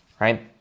right